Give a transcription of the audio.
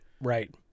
Right